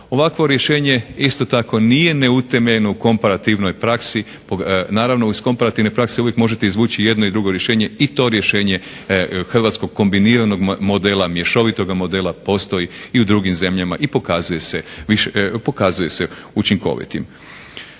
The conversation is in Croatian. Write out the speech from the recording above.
Ovakvo rješenje isto tako nije neutemeljeno u komparativnoj praksi. Naravno iz komparativne prakse uvijek možete izvući jedno i drugo rješenje i to rješenje hrvatskog kombiniranog modela, mješovitog modela postoji i u drugim zemljama i pokazuje se učinkovitim.